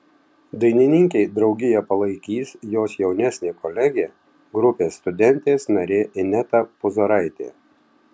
dainininkei draugiją palaikys jos jaunesnė kolegė grupės studentės narė ineta puzaraitė